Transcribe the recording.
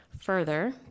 Further